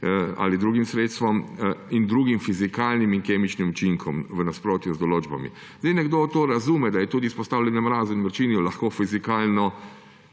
ali drugim sredstvom in drugim fizikalnim in kemičnim učinkom v nasprotju z določbami. Nekdo to razume, da je tudi izpostavljanje mrazu in vročini lahko fizikalen